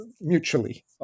mutually